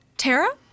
Tara